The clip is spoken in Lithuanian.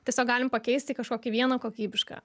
tiesiog galim pakeisti į kažkokį vieną kokybišką